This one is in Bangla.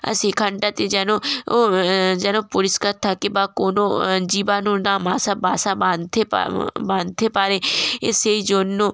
আর সেখানটাতে যেন যেন পরিষ্কার থাকে বা কোনো জীবাণু না বাসা বাসা বাঁধতে বাঁধতে পারে সেই জন্য